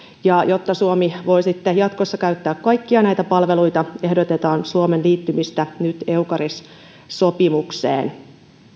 ja jotta suomi voi jatkossa käyttää kaikkia näitä palveluita ehdotetaan suomen liittymistä nyt eucaris sopimukseen